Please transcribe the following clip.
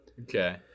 okay